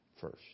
first